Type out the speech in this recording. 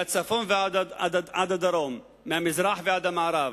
מהצפון עד הדרום, מהמזרח ועד המערב,